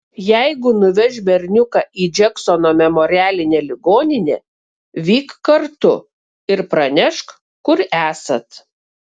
jeigu nuveš berniuką į džeksono memorialinę ligoninę vyk kartu ir pranešk kur esat